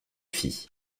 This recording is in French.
fit